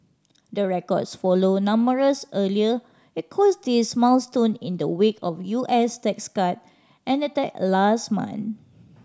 the records follow numerous earlier equities milestone in the wake of U S tax cut enacted last month